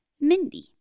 Mindy